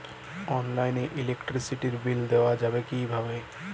অনলাইনে ইলেকট্রিসিটির বিল দেওয়া যাবে কিভাবে?